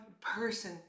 person